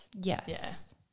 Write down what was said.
yes